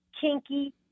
kinky